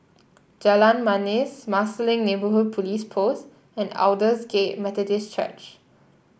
Jalan Manis Marsiling Neighbourhood Police Post and Aldersgate Methodist Church